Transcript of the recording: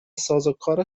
سازوکار